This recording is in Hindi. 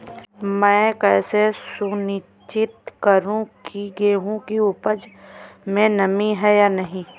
मैं कैसे सुनिश्चित करूँ की गेहूँ की उपज में नमी है या नहीं?